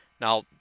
Now